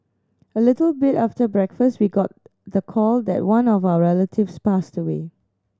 a little bit after breakfast we got the call that one of our relatives passed away